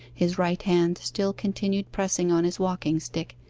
his right hand still continued pressing on his walking-stick,